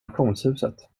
auktionshuset